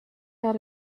out